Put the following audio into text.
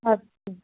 अच्छा